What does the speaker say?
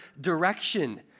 direction